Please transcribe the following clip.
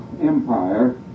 empire